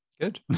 Good